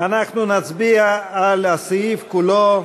אנחנו נצביע על הסעיף כולו,